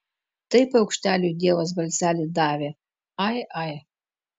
tai paukšteliui dievas balselį davė ai ai